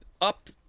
up